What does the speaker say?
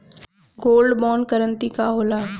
Gold bond करतिं का होला?